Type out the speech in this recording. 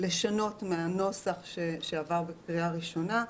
לשנות מהנוסח שעבר בקריאה הראשונה.